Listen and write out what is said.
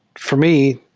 for me,